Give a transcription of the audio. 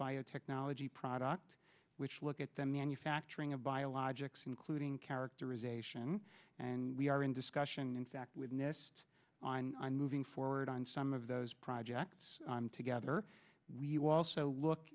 biotechnology product which look at the manufacturing of biologics including characterization and we are in discussion in fact with nest moving forward on some of those projects together we're also look